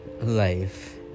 life